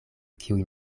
kiujn